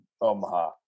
Omaha